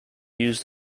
used